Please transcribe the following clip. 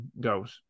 goes